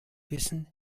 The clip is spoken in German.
wissen